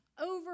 over